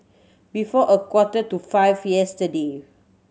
before a quarter to five yesterday